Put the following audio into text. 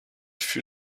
fut